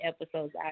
episodes